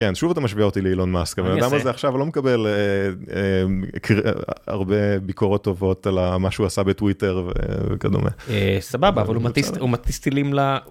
כן, שוב אתה משווה אותי לאילון מאסק, הבן אדם הזה עכשיו לא מקבל הרבה ביקורות טובות על מה שהוא עשה בטוויטר וכדומה. סבבה, אבל הוא מטיס טילים ל...